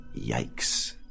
Yikes